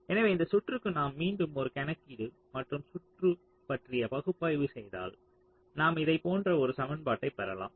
எனவே இந்த சுற்றுக்கு நாம் மீண்டும் ஒரு கணக்கீடு மற்றும் சுற்று பற்றிய பகுப்பாய்வு செய்தால் நாம் இதைப் போன்ற ஒரு சமன்பாட்டைப் பெறலாம்